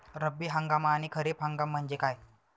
रब्बी हंगाम आणि खरीप हंगाम म्हणजे काय?